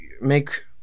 make